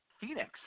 Phoenix